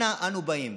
אנה אנו באים?